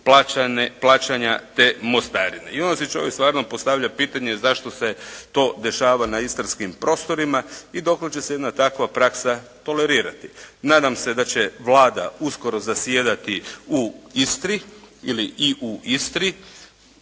plaćanja te mostarine. I onda si čovjek stvarno postavlja pitanje zašto se to dešava na istarskim prostorima i dokle će se jedna takva praksa tolerirati. Nadam se da će Vlada uskoro zasjedati u Istri ili i u Istri,